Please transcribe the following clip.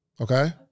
Okay